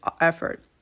effort